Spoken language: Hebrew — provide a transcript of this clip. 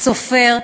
סופר,